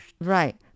Right